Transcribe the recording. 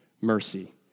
mercy